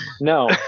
no